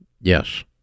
Yes